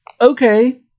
Okay